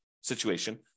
situation